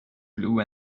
blue